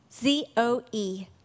Z-O-E